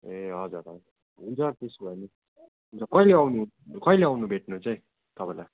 ए हजुर हजुर हुन्छ त्यसो भने हुन्छ कहिले आउनु कहिले आउनु भेट्नु चाहिँ तपाईँलाई